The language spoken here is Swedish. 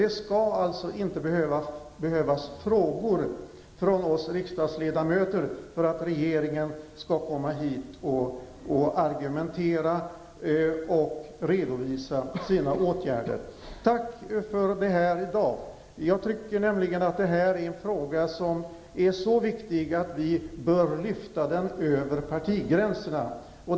Det skall inte behövas frågor från oss riksdagsledamöter för att regeringen skall komma hit och argumentera och redovisa sina åtgärder. Tack alltså för det som sagts i dag. Jag tycker nämligen att frågan är så viktig att den bör lyftas över partigränserna.